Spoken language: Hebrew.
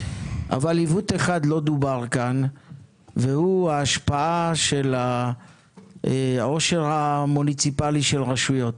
אבל עיוות אחד לא דובר כאן והוא ההשפעה של העושר המוניציפלי של רשויות.